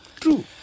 true